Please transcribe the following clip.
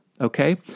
okay